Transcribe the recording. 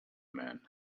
man